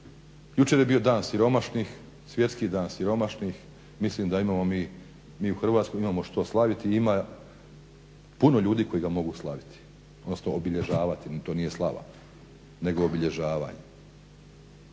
Jučer je bio dan siromašnih, svjetski dan siromašnih, mislim da imamo mi u Hrvatskoj što slaviti, ima puno ljudi koji ga mogu slaviti, odnosno obilježavati to nije slava nego obilježavanje.